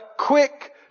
Quick